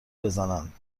بزنند